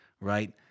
right